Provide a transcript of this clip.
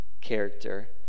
character